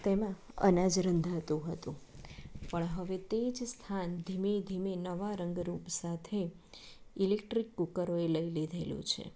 તેમાં અનાજ રંધાતું હતું પણ હવે તે જ સ્થાન ધીમે ધીમે નવા રંગ રૂપ સાથે ઇલેક્ટ્રિક કૂકરોએ લઈ લીધેલું છે